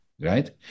Right